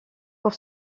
pour